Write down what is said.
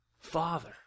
Father